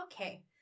Okay